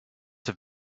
have